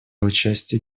участия